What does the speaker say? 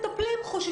הרשותיים.